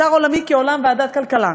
צר עולמי כעולם ועדת כלכלה.